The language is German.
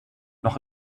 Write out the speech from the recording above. noch